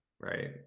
right